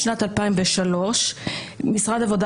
משנת 2003 משרד העבודה,